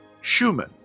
Schumann